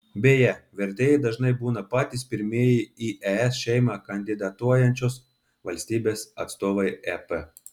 beje vertėjai dažnai būna patys pirmieji į es šeimą kandidatuojančios valstybės atstovai ep